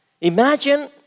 Imagine